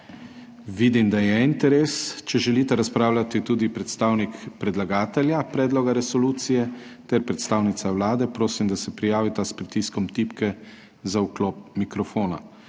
Vidim, da je interes. Če želita razpravljati tudi predstavnik predlagatelja predloga resolucije ter predstavnica Vlade, prosim, da se prijavita s pritiskom tipke za vklop mikrofona.